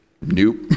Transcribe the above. Nope